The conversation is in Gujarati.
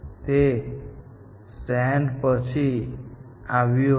તે સેન્ટ પછી આવ્યું હતું